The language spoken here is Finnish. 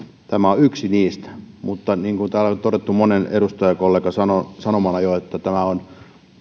tämä on yksi niistä mutta niin kuin täällä on jo todettu monen edustajakollegan sanomana sanomana tämä on